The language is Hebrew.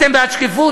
אתם בעד שקיפות?